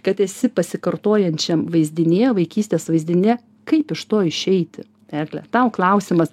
kad esi pasikartojančiam vaizdinyje vaikystės vaizdinyje kaip iš to išeiti egle tau klausimas